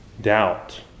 doubt